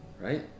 right